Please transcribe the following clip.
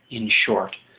in short,